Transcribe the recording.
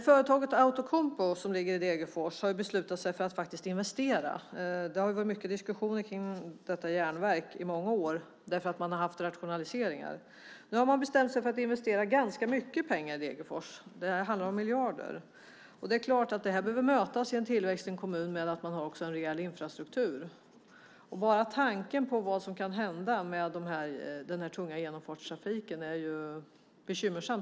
Företaget Outokumpu i Degerfors har beslutat sig för att investera. Det har varit mycket diskussion kring detta järnverk i många år. Man har haft rationaliseringar, men nu har man bestämt sig för att investera ganska mycket pengar i Degerfors. Det handlar om miljarder, och det är klart att denna tillväxt behöver mötas med en rejäl infrastruktur i kommunen. Bara tanken på vad som kan hända med den tunga genomfartstrafiken är bekymmersam.